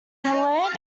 land